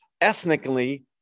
ethnically